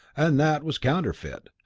and that was counterfeit.